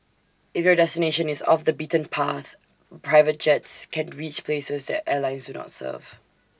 if your destination is off the beaten path private jets can reach places that airlines do not serve